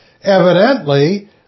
Evidently